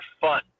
fun